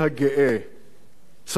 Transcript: צבר יליד ירושלים,